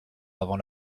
avant